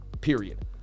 Period